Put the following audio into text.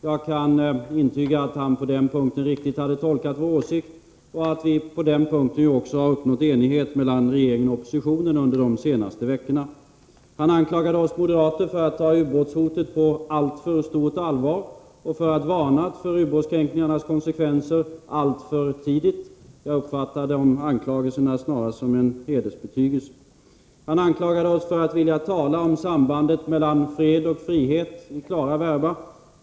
Jag kan intyga att han på den punkten riktigt har tolkat vår åsikt och att det där också har uppnåtts enighet mellan regeringen och oppositionen under de senaste veckorna. Bertil Måbrink anklagade oss moderater för att ta ubåtshotet på alltför stort allvar och för att varna för ubåtskränkningarnas konsekvenser alltför tidigt. Jag uppfattar de anklagelserna snarast som en hedersbetygelse. Han anklagade oss för att vilja tala om sambandet mellan fred och frihet i klara verba.